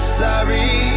sorry